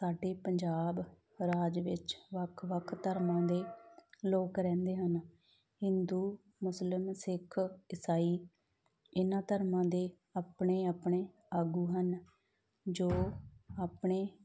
ਸਾਡੇ ਪੰਜਾਬ ਰਾਜ ਵਿੱਚ ਵੱਖ ਵੱਖ ਧਰਮਾਂ ਦੇ ਲੋਕ ਰਹਿੰਦੇ ਹਨ ਹਿੰਦੂ ਮੁਸਲਿਮ ਸਿੱਖ ਈਸਾਈ ਇਹਨਾਂ ਧਰਮਾਂ ਦੇ ਆਪਣੇ ਆਪਣੇ ਆਗੂ ਹਨ ਜੋ ਆਪਣੇ